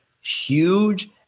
huge